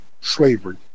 slavery